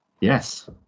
Yes